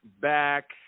back